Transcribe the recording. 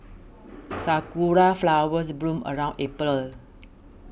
sakura flowers bloom around April